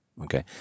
okay